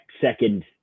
second